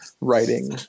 writing